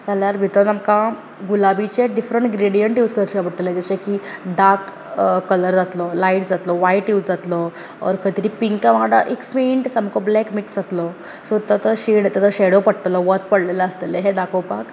जाल्यार भितर आमकां गुलाबीचे डिफ्रंट ग्रेडियंट यूज करचे पडटले जशे की डार्क कलर जातलो लायट जातलो वायट यूज जातलो ओर खंय तरी पींका वांगडा एक फेंट सामको ब्लॅक मिक्स जातलो तो शेड शेडो पडटलो वत पडलेलें आसतलें हें दाखोवपाक